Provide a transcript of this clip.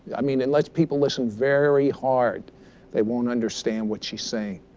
i mean, unless people listen very hard they won't understand what she's saying.